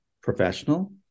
professional